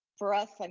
for us, like